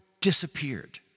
disappeared